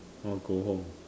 orh go home